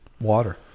water